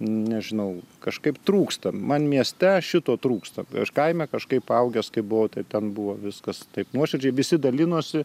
nežinau kažkaip trūksta man mieste šito trūksta aš kaime kažkaip augęs kai buvau tai ten buvo viskas taip nuoširdžiai visi dalinosi